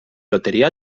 lotería